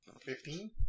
Fifteen